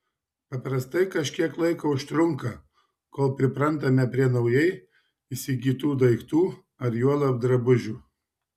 paprastai kažkiek laiko užtrunka kol priprantame prie naujai įsigytų daiktų ar juolab drabužių